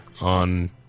on